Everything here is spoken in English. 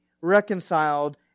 reconciled